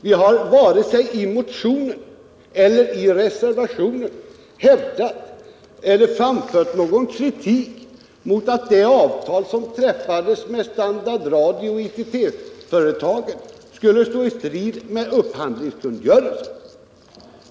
Vi har inte vare sig i motionen eller i reservationen framfört någon kritik som innebär att det avtal som träffats med Standard Radio och ITT-företagen skulle stå i strid med upphandlingskungörelsen.